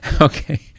okay